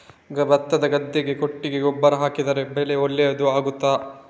ಭತ್ತದ ಗದ್ದೆಗೆ ಕೊಟ್ಟಿಗೆ ಗೊಬ್ಬರ ಹಾಕಿದರೆ ಬೆಳೆ ಒಳ್ಳೆಯದು ಆಗುತ್ತದಾ?